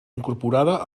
incorporada